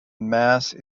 mass